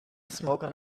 smoking